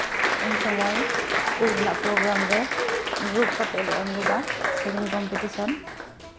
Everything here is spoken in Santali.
ᱩᱱ ᱥᱚᱢᱚᱭ ᱤᱥᱠᱩᱞ ᱨᱮᱱᱟᱜ ᱯᱨᱳᱜᱨᱟᱢ ᱨᱮ ᱜᱨᱩᱯ ᱠᱟᱛᱮᱫᱞᱮ ᱮᱢ ᱞᱮᱫᱟ ᱥᱮᱨᱮᱧ ᱠᱚᱢᱯᱤᱴᱤᱥᱚᱱ